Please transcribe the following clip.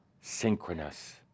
synchronous